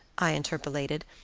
i interpolated.